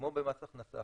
כמו במס הכנסה,